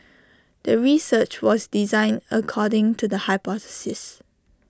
the research was designed according to the hypothesis